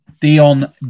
Dion